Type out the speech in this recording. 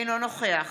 אינו נוכח